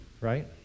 right